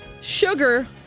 Sugar